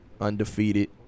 undefeated